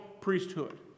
priesthood